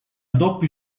doppio